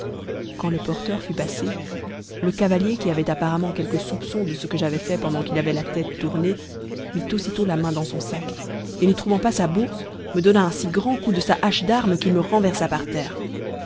quand le porteur fut passé le cavalier qui avait apparemment quelque soupçon de ce que j'avais fait pendant qu'il avait la tête tournée mit aussitôt la main dans son sac et n'y trouvant pas sa bourse me donna un si grand coup de sa hache d'armes qu'il me renversa par terre